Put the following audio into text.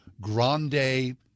grande